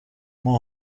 ماه